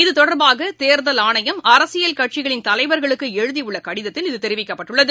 இத்தொடர்பாக தேர்தல் ஆணையம் அரசியல் கட்சிகளின் தலைவர்களுக்கு எழுதியுள்ள கடிதத்தில் இது தெரிவிக்கப்பட்டுள்ளது